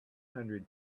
hundred